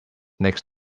next